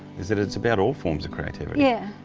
is that it's about all forms of creativity. yeah.